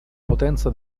potenza